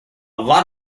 lot